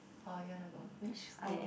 oh you want to go which school